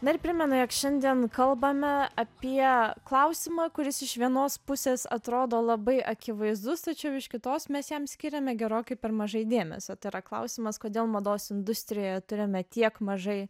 dar primenu jog šiandien kalbame apie klausimą kuris iš vienos pusės atrodo labai akivaizdus tačiau iš kitos mes jam skiriame gerokai per mažai dėmesio tai yra klausimas kodėl mados industrijoje turime tiek mažai